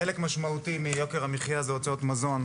חלק משמעותי מיוקר המחיה הוא הוצאות מזון,